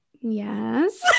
yes